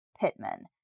Pittman